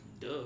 Duh